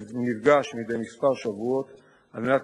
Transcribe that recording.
שבמדיניות כללית,